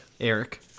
eric